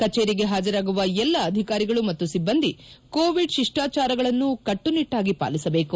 ಕಚೇರಿಗೆ ಪಾಜರಾಗುವ ಎಲ್ಲಾ ಅಧಿಕಾರಿಗಳು ಮತ್ತು ಸಿಬ್ಬಂದಿ ಕೋವಿಡ್ ಶಿಷ್ಠಾಚಾರಗಳನ್ನು ಕಟ್ಟುನಿಟ್ಟಾಗಿ ಪಾಲಿಸಬೇಕು